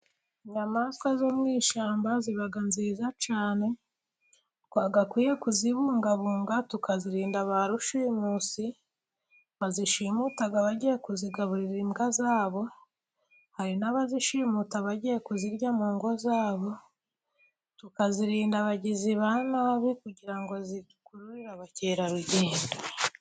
Inyamaswa zo mu ishyamba ziba nziza cyane, twagakwiye kuzibungabunga tukazirinda ba rushimusi bazishimuta abagiye kuzigaburira imbwa zabo, hari n'abazishimuta bagiye kuzirya mu ngo zabo, tukazirinda abagizi ba nabi kugira ngo zikurure abakerarugendo.